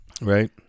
Right